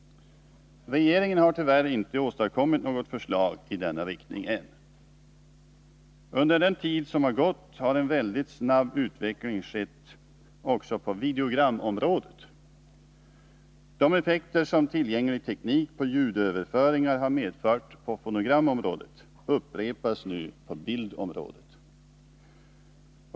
Regeringen har tyvärr ännu inte åstadkommit något förslag i denna riktning. Under den tid som har gått har en väldigt snabb utveckling skett också på videogramområdet. De effekter som tillgänglig teknik för ljudöverföringar har medfört på fonogramområdet upprepas nu på bildområdet.